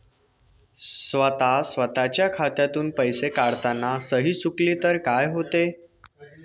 स्वतः स्वतःच्या खात्यातून पैसे काढताना सही चुकली तर काय होते?